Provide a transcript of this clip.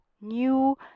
new